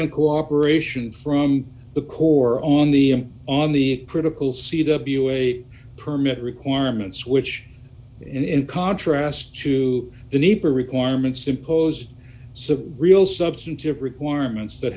and cooperation from the core on the on the critical c w a permit requirements which in contrast to the neighbor requirements imposed some real substantive requirements that